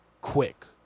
quick